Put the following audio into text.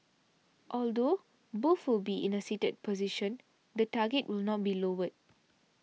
although both will be in a seated position the target will not be lowered